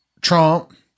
Trump